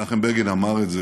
מנחם בגין אמר את זה